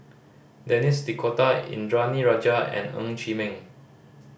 Denis D'Cotta Indranee Rajah and Ng Chee Meng